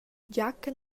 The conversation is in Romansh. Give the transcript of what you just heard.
giachen